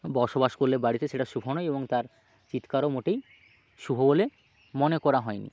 বসবাস করলে বাড়িতে সেটা শুভ নয় এবং তার চিৎকারও মোটেই শুভ বলে মনে করা হয় নি